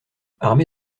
armé